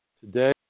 Today